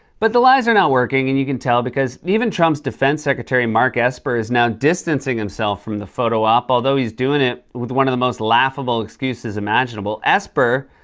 but the lies are not working, and you can tell because even trump's defense secretary mark esper is now distancing himself from the photo op, although he's doing it with one of the most laughable excuses imaginable. esper,